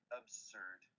absurd